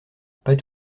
pas